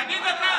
בבקשה.